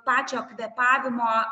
pačio kvėpavimo